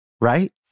right